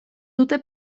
dute